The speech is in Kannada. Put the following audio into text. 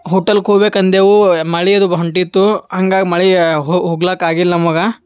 ಹೋಟಲ್ಗೆ ಹೋಗ್ಬೇಕು ಅಂದೆವು ಮಳೆ ಅದು ಬ ಹೊಂಟಿತ್ತು ಹಂಗಾಗಿ ಮಳಿಯಾಗ ಹೋಗ್ಲಾಕ್ಕ ಆಗಿಲ್ಲ ನಮಗೆ